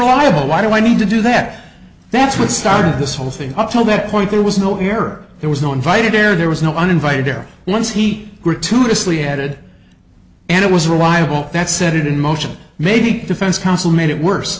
e why do i need to do that that's what started this whole thing up till that point there was no where there was no invited there there was no uninvited air once he gratuitously added and it was reliable that set it in motion maybe defense counsel made it worse